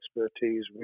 expertise